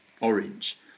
orange